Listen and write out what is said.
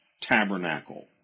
tabernacle